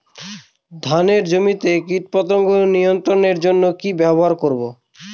ধানের জমিতে কীটপতঙ্গ নিয়ন্ত্রণের জন্য কি ব্যবহৃত করব?